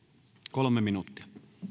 kolme minuuttia